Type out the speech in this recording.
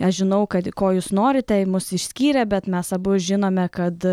aš žinau kad ko jūs norite mus išskyrė bet mes abu žinome kad